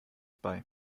bei